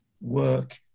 work